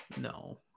No